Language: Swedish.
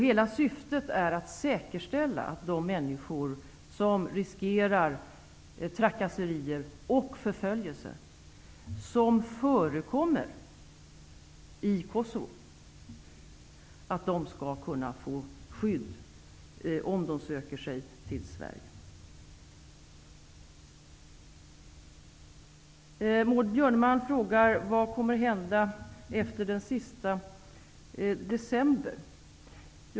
Hela syftet är att säkerställa att de människor som riskerar trakasserier och förföljelse, vilket förekommer i Kosovo, skall kunna få skydd om de söker sig till Sverige. Maud Björnemalm frågade vad som kommer att hända efter den sista december.